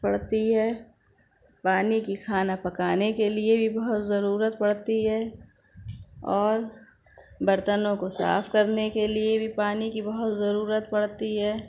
پڑتی ہے پانی کی کھانا پکانے کے لیے بھی بہت ضرورت پڑتی ہے اور برتنوں کو صاف کرنے کے لیے بھی پانی کی بہت ضرورت پڑتی ہے